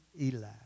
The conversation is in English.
Eli